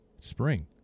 Spring